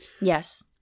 Yes